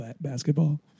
basketball